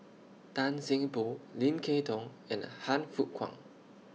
Tan Seng Poh Lim Kay Tong and Han Fook Kwang